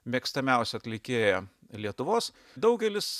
mėgstamiausią atlikėją lietuvos daugelis